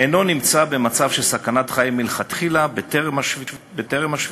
אינו במצב של סכנת חיים מלכתחילה, בטרם השביתה,